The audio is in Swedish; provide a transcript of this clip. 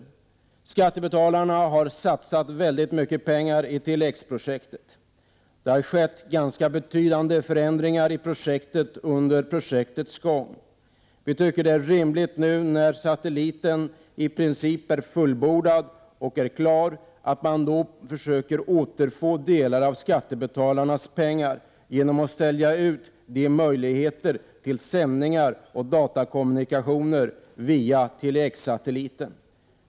Skattebetalarna har satsat mycket pengar i Tele-X-projektet. Det har skett ganska betydande förändringar i projektet under dess gång. Vi tycker att det är rimligt att man nu, när satelliten i princip är klar, försöker återfå delar av skattebetalarnas pengar genom att sälja ut möjligheter till sändningar och datakommunikation via Tele-X-satelliten.